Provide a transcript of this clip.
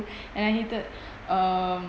and I hated um